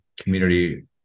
community